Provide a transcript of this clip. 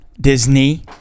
Disney